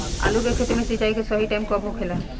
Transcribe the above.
आलू के खेती मे सिंचाई के सही टाइम कब होखे ला?